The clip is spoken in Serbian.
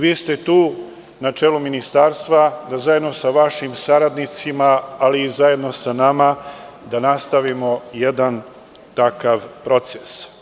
Vi ste tu na čelu ministarstva da zajedno sa vašim saradnicima, ali i zajedno sa nama, da nastavimo jedan takav proces.